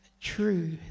true